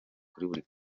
buri